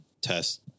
test